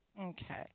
Okay